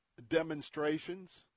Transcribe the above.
demonstrations